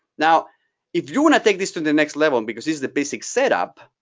now if you want to take this to the next level and because this is the basic setup,